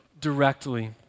directly